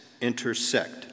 intersect